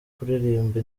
kuririmba